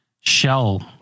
shell